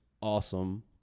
awesome